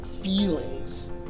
feelings